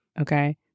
Okay